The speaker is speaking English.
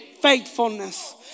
faithfulness